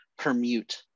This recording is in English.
permute